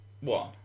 One